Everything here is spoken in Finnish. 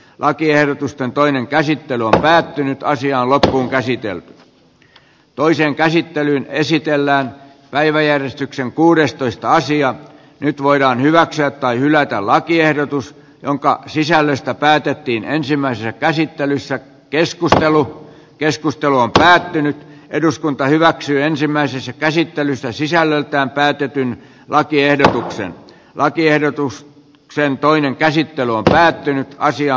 lakiehdotusten toinen käsittely on päättynyt ja luoto on käsityön toiseen käsittelyyn esitellään päiväjärjestykseen kuudestoista sija nyt voidaan hyväksyä tai hylätä lakiehdotus jonka sisällöstä päätettiin ensimmäisessä käsittelyssä keskus ajelu keskustelu on päättynyt eduskunta hyväksyi ensimmäisessä käsittelyssä sisällöltään päätetyn lakiehdotuksen lakiehdotus kseen toinen käsittely on päättynyt naisia